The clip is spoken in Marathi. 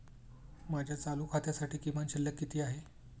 माझ्या चालू खात्यासाठी किमान शिल्लक किती आहे?